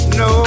no